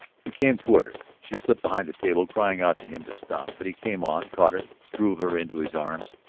he came toward her she slipped behind the table, crying out to him to stop. but he came on, caught her, drew her into his arms.